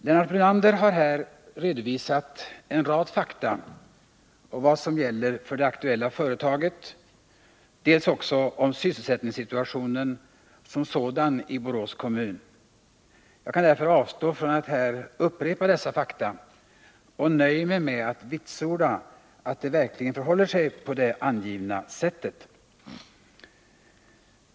Lennart Brunander har här redovisat en rad fakta, dels om vad som gäller för det aktuella företaget, dels om sysselsättningssituationen som sådan i Borås kommun. Jag kan därför avstå från att här upprepa dessa fakta, och jag nöjer mig med att vitsorda att det verkligen förhåller sig på det angivna sättet.